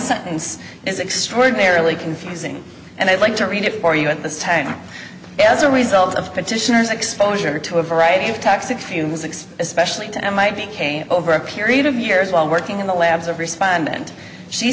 sentence is extraordinarily confusing and i'd like to read it for you at this time as a result of petitioners exposure to a variety of toxic fumes six especially to mit came over a period of years while working in the labs of respondent she